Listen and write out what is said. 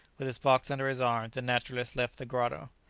with his box under his arm, the naturalist left the grotto.